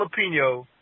jalapeno